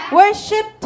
worship